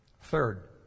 Third